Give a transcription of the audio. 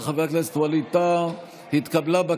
נתקבלה.